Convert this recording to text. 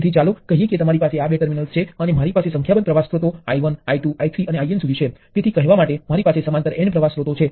તેથી આનો અર્થ એ કે જો તમારી પાસે વોલ્ટેજ સ્ત્રોત અને શ્રેણીમાં પ્રવાહ સ્ત્રોત છે